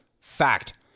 fact